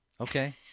Okay